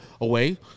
away